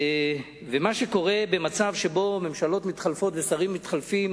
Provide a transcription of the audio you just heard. ומה שקורה במצב שבו ממשלות מתחלפות ושרים מתחלפים